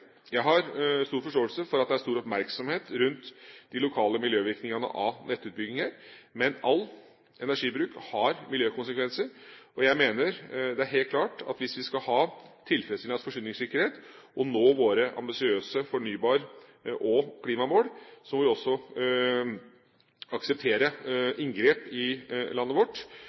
Jeg har stor forståelse for at det er stor oppmerksomhet rundt de lokale miljøvirkningene av nettutbygginger, men all energibruk har miljøkonsekvenser. Jeg mener helt klart at hvis vi skal ha tilfredsstillende forsyningssikkerhet og nå våre ambisiøse fornybar- og klimamål, må vi også akseptere inngrep i landet vårt,